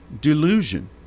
delusion